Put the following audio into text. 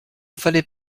fallait